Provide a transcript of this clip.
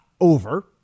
over